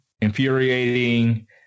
infuriating